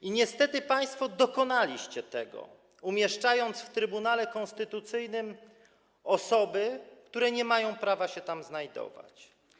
I niestety państwo dokonaliście tego, umieszczając w Trybunale Konstytucyjnym osoby, które nie mają prawa się tam znajdować.